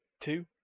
two